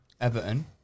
Everton